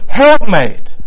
helpmate